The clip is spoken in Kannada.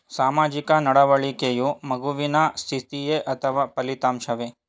ಸಾಮಾಜಿಕ ನಡವಳಿಕೆಯು ಮಗುವಿನ ಸ್ಥಿತಿಯೇ ಅಥವಾ ಫಲಿತಾಂಶವೇ?